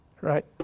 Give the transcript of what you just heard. right